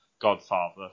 Godfather